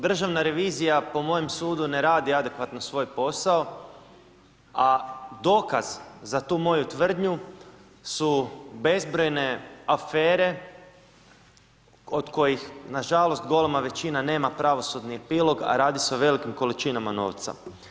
Državna revizija po mojem sudu ne radi adekvatno svoj posao, a dokaz za tu moju tvrdnju su bezbrojne afere, od kojih nažalost, golema većina nema pravosudni epilog, a radi se o velikim količinama novca.